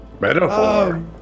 Metaphor